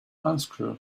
unscrew